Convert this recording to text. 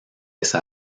esa